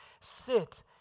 sit